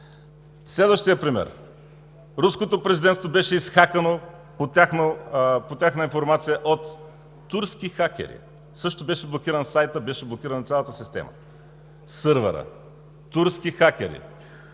Следващият пример. Руското президентство беше изхакано, по тяхна информация, от турски хакери – също беше блокиран сайтът, също беше блокирана цялата система, сървърът. Турски хакери.